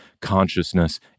consciousness